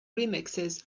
remixes